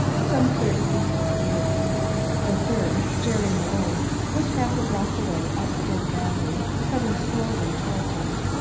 some thirty feet in the rear the third jerry malone was half a block away, up fifth avenue, coming slowly toward them.